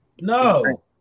No